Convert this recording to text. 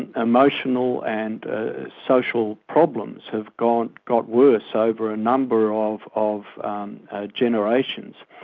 and emotional and social problems have got got worse over a number of of generations.